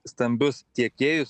stambius tiekėjus